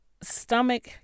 stomach